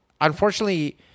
unfortunately